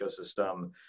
ecosystem